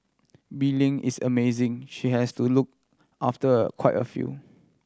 Bee Ling is amazing she has to look after a quite a few